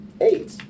Eight